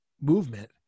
movement